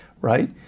right